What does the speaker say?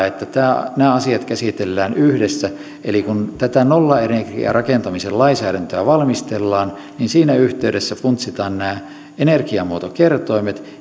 että nämä asiat käsitellään yhdessä eli kun tätä nollaenergiarakentamisen lainsäädäntöä valmistellaan niin siinä yhteydessä funtsitaan nämä energiamuotokertoimet